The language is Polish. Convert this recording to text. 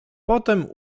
potem